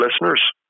listeners